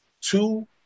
two